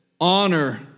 honor